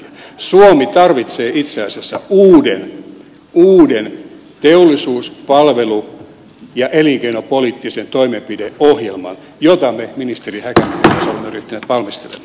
suomi tarvitsee itse asiassa uuden teollisuus palvelu ja elinkeinopoliittisen toimenpideohjelman jota me ministeri häkämiehen kanssa olemme ryhtyneet valmistelemaan